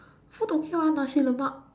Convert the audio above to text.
food okay what Nasi-Lemak